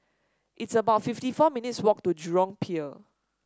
it's about fifty four minutes' walk to Jurong Pier